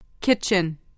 Kitchen